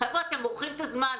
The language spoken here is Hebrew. חבר'ה, אתם מורחים את הזמן.